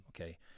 Okay